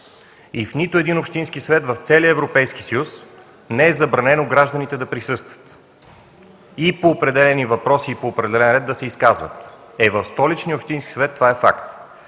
В нито един общински съвет в целия Европейски съюз не е забранено гражданите да присъстват и по определени въпроси и по определен ред да се изказват. Е, в Столичния общински съвет това е факт.